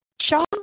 Shaw